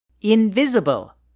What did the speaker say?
invisible